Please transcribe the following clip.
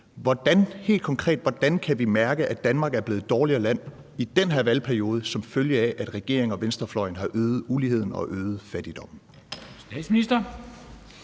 konkret mærke, at Danmark er blevet et dårligere land i den her valgperiode som følge af, at regeringen og venstrefløjen har øget uligheden og øget fattigdommen?